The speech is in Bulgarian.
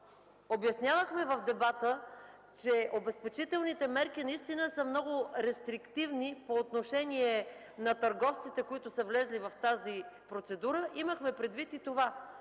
обяснявахме в дебата, че обезпечителните мерки са много рестриктивни по отношение на търговците, влезли в тази процедура, имахме предвид и това